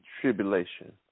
tribulation